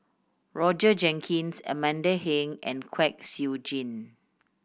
Roger Jenkins Amanda Heng and Kwek Siew Jin